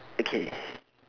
okay